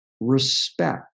respect